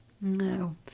No